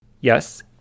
Yes